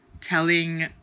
telling